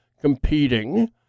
competing